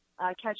catch